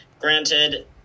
granted